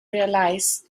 realize